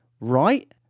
Right